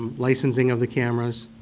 licensing of the cameras.